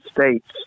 states